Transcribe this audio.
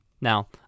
Now